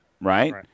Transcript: Right